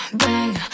bang